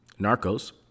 narcos